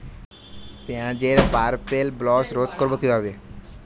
পেঁয়াজের purple blotch রোধ করবো কিভাবে?